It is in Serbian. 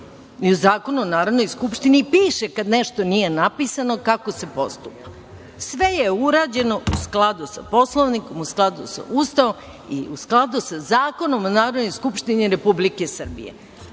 U Zakonu o Narodnoj Skupštini piše kada nešto nije napisano kako se postupa. Sve je urađeno u skladu sa Poslovnikom, u skladu sa Ustavom i u skladu sa Zakonom o Narodnoj Skupštini Republike